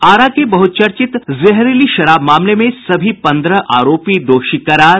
आरा के बहुचर्चित जहरीली शराब मामले में सभी पन्द्रह आरोपी दोषी करार